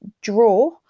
draw